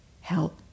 help